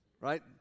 right